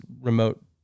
remote